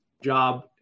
job